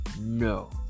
No